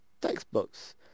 textbooks